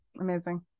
Amazing